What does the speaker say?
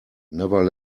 never